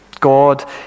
God